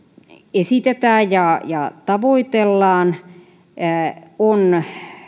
esitetään ja ja tavoitellaan on